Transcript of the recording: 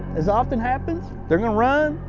as often happens, they're going to run.